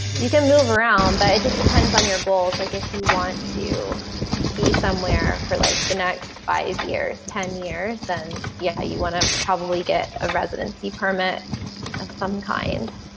you can move around but it just depends on your goals like if you want to be somewhere for like the next five years, ten years. and yeah, you want to probably get a residency permit of some kind.